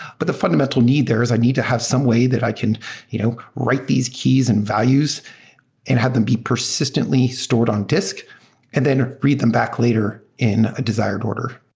but the fundamental need there is i need to have some way that i can you know write these keys and values and have them be persistently stored on disk and then read them back later in a desired order.